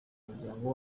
umuryango